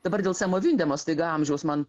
dabar dėl semo vindemo staiga amžiaus man